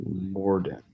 morden